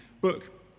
book